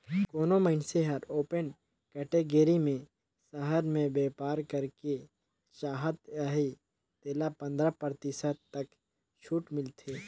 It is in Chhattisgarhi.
कोनो मइनसे हर ओपन कटेगरी में सहर में बयपार करेक चाहत अहे तेला पंदरा परतिसत तक छूट मिलथे